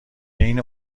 این